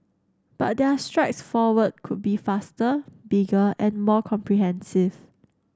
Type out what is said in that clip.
but their strides forward could be faster bigger and more comprehensive